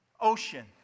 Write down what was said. Ocean